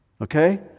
Okay